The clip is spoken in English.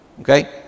Okay